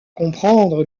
comprendre